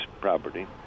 property